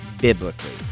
biblically